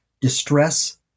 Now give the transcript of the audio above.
distress